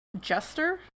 jester